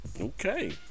Okay